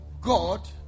God